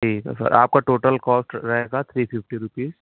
ٹھیک ہے سر آپ کا ٹوٹل کوسٹ رہے گا تھری ففٹی روپیز